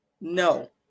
No